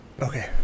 Okay